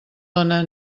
dóna